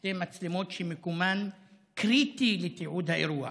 שתי מצלמות שמיקומן קריטי לתיעוד האירוע.